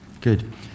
Good